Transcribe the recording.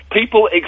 People